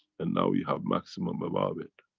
and now we have maximum above it.